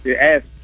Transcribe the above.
Ask